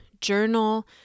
journal